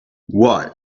why